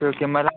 okay मला